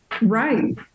right